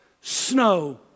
snow